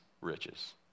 riches